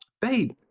babe